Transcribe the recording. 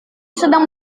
sedang